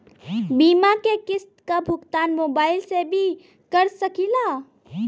बीमा के किस्त क भुगतान मोबाइल से भी कर सकी ला?